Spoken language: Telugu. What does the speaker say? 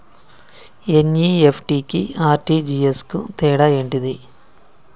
ఎన్.ఇ.ఎఫ్.టి కి ఆర్.టి.జి.ఎస్ కు తేడా ఏంటిది?